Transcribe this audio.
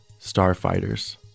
starfighters